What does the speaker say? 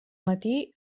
matí